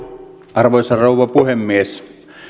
arvoisa rouva puhemies